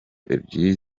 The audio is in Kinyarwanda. ebyiri